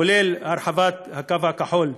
כולל הרחבת "הקו הכחול",